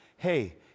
Hey